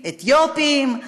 אתיופים,